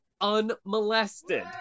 unmolested